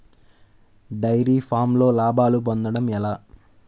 Dairy ఫామ్లో లాభాలు పొందడం ఎలా?